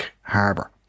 Harbour